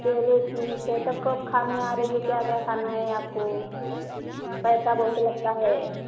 चलो ठीक है तब कब खाने आ रही हो क्या क्या खाना है आपको पैसा बहुत लगता है